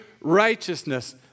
righteousness